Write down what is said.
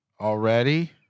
already